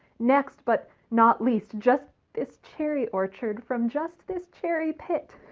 next but not least just this cherry orchard from just this cherry pit.